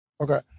Okay